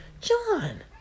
John